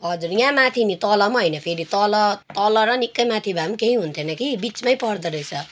हजुर यहाँमाथि नि तल पनि होइन फेरि तल र निक्कैमाथि भए पनि केही हुने थिएन कि बिचमै पर्दोरहेछ